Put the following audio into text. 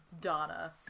Donna